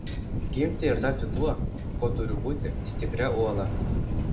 gimti ir tapti tuo kuo turiu būti stipria uola